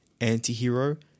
Antihero